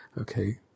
okay